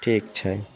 ठीक छै